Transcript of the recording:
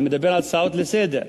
אני מדבר על הצעות לסדר-היום.